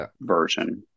version